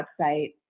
website